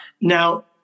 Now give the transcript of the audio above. Now